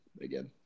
again